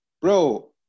bro